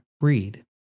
read